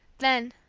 then,